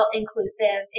inclusive